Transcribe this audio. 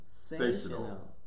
Sensational